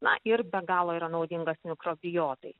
na ir be galo yra naudingas mikrobiotai